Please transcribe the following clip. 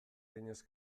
eginez